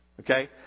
Okay